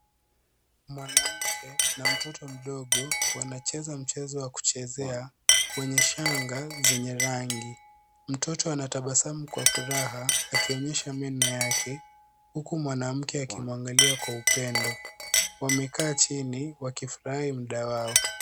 Mwanamke na mtoto mdogo wanacheza mchezo wa kuchezea, wenye shanga zenye rangi. Mtoto anatabasamu kwa furaha, akionyesha meno yake, huku mwanamke akimwangalia kwa upendo. Wamekaa chini wakifurahia muda wao.